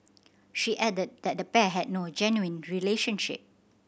she added that the pair had no genuine relationship